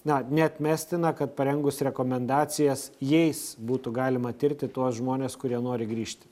na neatmestina kad parengus rekomendacijas jais būtų galima tirti tuos žmones kurie nori grįžti